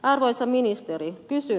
arvoisa ministeri kysyn